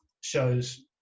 shows